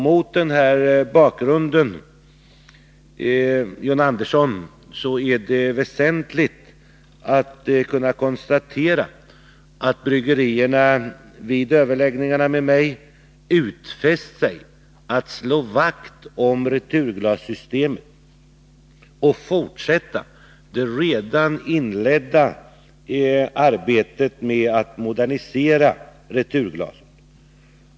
Mot denna bakgrund, John Andersson, är det väsentligt att kunna konstatera att bryggerierna vid överläggningarna med mig utfäst sig att slå vakt om returglaset och att fortsätta det redan inledda arbetet med att modernisera systemet med returglaset.